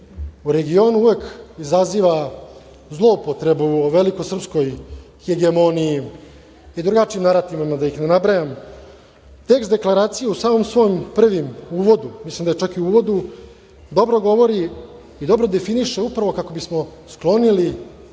u regionu uvek izazivaju zloupotrebu o velikosrpskoj hegemoniji i drugačijim narativima, da ih ne nabrajam, tekst deklaracije u samom svom mislim čak i uvodu dobro govori i dobro definiše upravo kako bismo sklonili